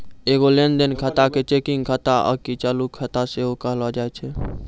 एगो लेन देन खाता के चेकिंग खाता आकि चालू खाता सेहो कहलो जाय छै